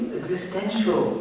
existential